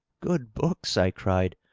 good books! i cried.